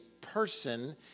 person